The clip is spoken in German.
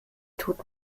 tut